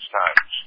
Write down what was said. times